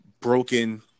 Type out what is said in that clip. broken